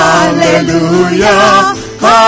Hallelujah